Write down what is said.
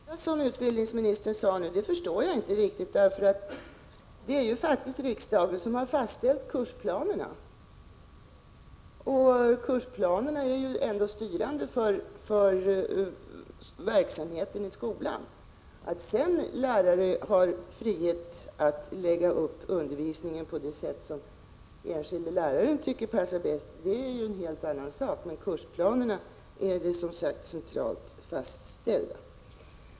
Herr talman! Det sista utbildningsministern sade förstår jag inte alls. Det är faktiskt riksdagen som har fastställt kursplanerna, och kursplanerna är ju styrande för verksamheten i skolan. Att lärare sedan har frihet att lägga upp undervisningen på det sätt som den enskilde läraren tycker passar bäst är en helt annan sak. Kursplanerna är som sagt centralt fastställda.